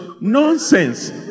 nonsense